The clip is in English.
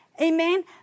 amen